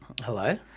Hello